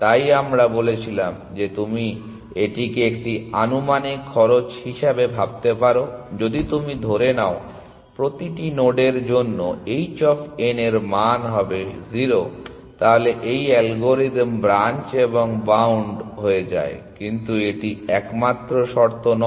তাই আমরা বলেছিলাম যে তুমি এটিকে একটি আনুমানিক খরচ হিসাবে ভাবতে পারো যদি তুমি ধরে নাও প্রতিটি নোডের জন্য h অফ n এর মান হবে 0 তাহলে এই অ্যালগরিদম ব্রাঞ্চ এবং বাউন্ড হয়ে যায় কিন্তু এটি একমাত্র শর্ত নয়